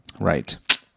Right